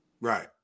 Right